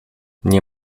nie